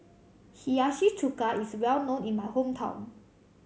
Hiyashi Chuka is well known in my hometown